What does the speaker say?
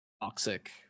toxic